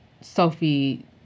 Sophie